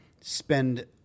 spend